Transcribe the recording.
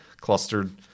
clustered